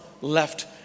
left